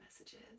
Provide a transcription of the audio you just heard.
messages